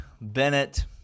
Bennett